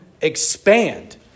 expand